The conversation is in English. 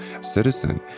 citizen